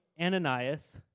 Ananias